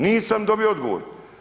Nisam dobio odgovor.